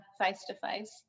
face-to-face